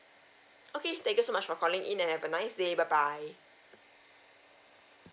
okay thank you so much for calling in and have a nice day bye bye